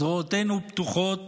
זרועותינו פתוחות.